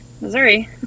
Missouri